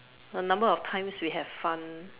the number of times we have fun